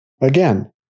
Again